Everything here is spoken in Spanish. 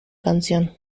canción